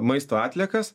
maisto atliekas